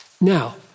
Now